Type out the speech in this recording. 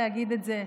להגיד את זה.